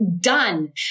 done